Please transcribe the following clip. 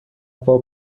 پاک